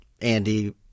Andy